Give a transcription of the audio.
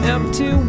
Empty